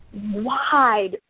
wide